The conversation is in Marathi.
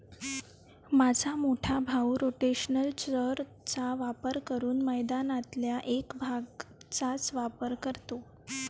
माझा मोठा भाऊ रोटेशनल चर चा वापर करून मैदानातल्या एक भागचाच वापर करतो